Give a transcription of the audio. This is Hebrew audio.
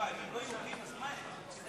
הם לא יהודים אז מה הם?